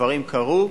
הדברים קרו,